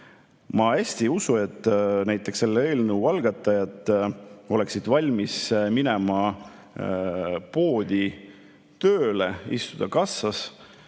Ma hästi ei usu, et näiteks selle eelnõu algatajad oleksid valmis minema poodi tööle, istuma kassas